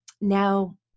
Now